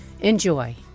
Enjoy